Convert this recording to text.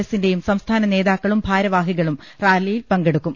എസിന്റെയും സംസ്ഥാന നേതാക്കളും ഭാരവാഹികളും റാലിയിൽ പങ്കെടുക്കും